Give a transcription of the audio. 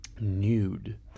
Nude